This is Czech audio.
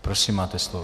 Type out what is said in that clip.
Prosím, máte slovo.